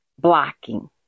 blocking